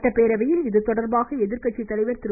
சட்டப்பேரவையில் இன்று இதுதொடர்பாக எதிர்கட்சித்தலைவர் திரு